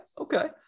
Okay